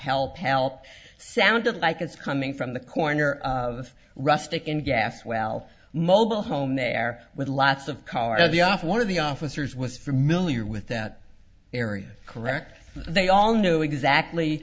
help help sounded like it's coming from the corner of rustic in gas well mobile home there with lots of car the off one of the officers was familiar with that area correct they all knew exactly